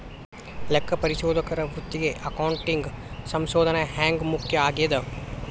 ಲೆಕ್ಕಪರಿಶೋಧಕರ ವೃತ್ತಿಗೆ ಅಕೌಂಟಿಂಗ್ ಸಂಶೋಧನ ಹ್ಯಾಂಗ್ ಮುಖ್ಯ ಆಗೇದ?